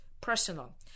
personal